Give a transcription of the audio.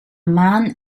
man